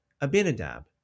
Abinadab